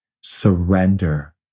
surrender